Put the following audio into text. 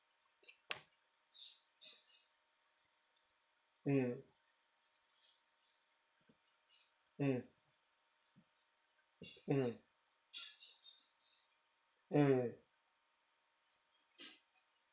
mm mm mm mm